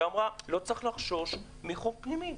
היא אמרה: לא צריך לחשוש מחוק פנימי.